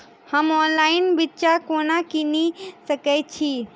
हम ऑनलाइन बिच्चा कोना किनि सके छी?